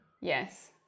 Yes